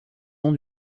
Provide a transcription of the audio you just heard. nom